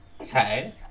okay